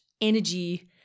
energy